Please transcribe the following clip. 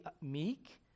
meek